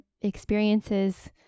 experiences